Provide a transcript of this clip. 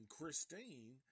Christine –